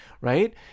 right